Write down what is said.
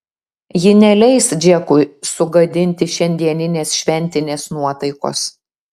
ji neleis džekui sugadinti šiandieninės šventinės nuotaikos